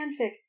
fanfic